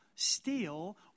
Steal